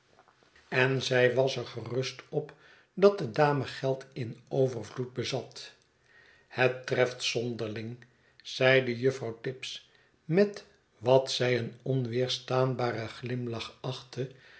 en zij was er gerust op dat de dame geld in overvloed bezat het treft zonderling zeide juffrouw tibbs met wat zij een onweerstaanbaren glimlach achtte